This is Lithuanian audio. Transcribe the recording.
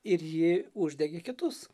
ir ji uždegė kitus